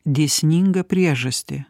dėsningą priežastį